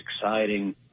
exciting